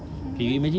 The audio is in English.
mmhmm